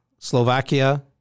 Slovakia